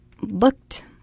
looked